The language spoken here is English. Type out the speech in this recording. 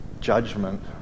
judgment